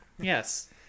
Yes